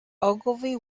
ogilvy